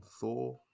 Thor